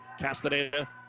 Castaneda